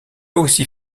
aussi